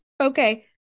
Okay